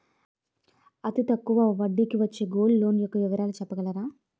అతి తక్కువ వడ్డీ కి వచ్చే గోల్డ్ లోన్ యెక్క వివరాలు చెప్పగలరా?